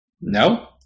No